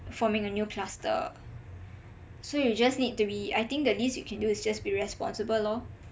forming a new cluster so you just need to be I think the least you can do is just be responsible lor